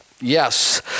Yes